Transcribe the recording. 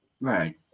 right